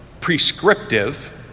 prescriptive